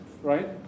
Right